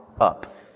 up